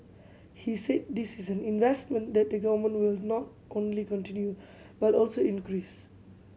he said this is an investment that the Government will not only continue but also increase